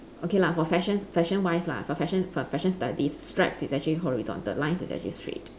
okay lah for fashion fashion wise lah for fashion for fashion studies stripes is actually horizontal lines is actually straight